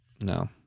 No